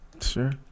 Sure